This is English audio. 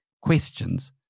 questions